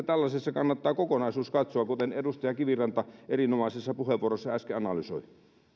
tällaisessa kannattaa kokonaisuus katsoa kuten edustaja kiviranta erinomaisessa puheenvuorossaan äsken analysoi